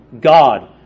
God